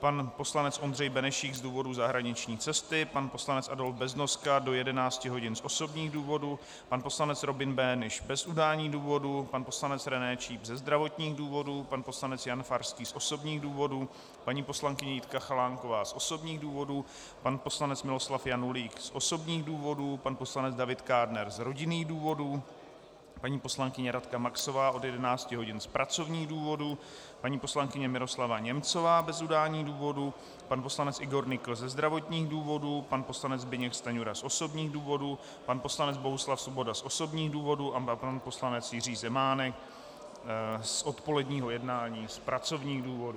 pan poslanec Ondřej Benešík z důvodu zahraniční cesty, pan poslanec Adolf Beznoska do 11 hodin z osobních důvodů, pan poslanec Robin Böhnisch bez udání důvodu, pan poslanec René Číp ze zdravotních důvodů, pan poslanec Jan Farský z osobních důvodů, paní poslankyně Jitka Chalánková z osobních důvodů, pan poslanec Miloslav Janulík z osobních důvodů, pan poslanec David Kádner z rodinných důvodů, paní poslankyně Radka Maxová od 11 hodin z pracovních důvodů, paní poslankyně Miroslava Němcová bez udání důvodu, pan poslanec Igor Nykl ze zdravotních důvodů, pan poslanec Zbyněk Stanjura z osobních důvodů, pan poslanec Bohuslav Svoboda z osobních důvodů a pan poslanec Jiří Zemánek z odpoledního jednání z pracovních důvodů.